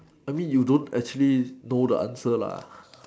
I mean you don't actually know the answer lah